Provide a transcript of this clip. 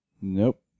Nope